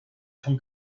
vom